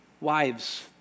Wives